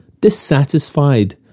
dissatisfied